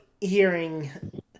hearing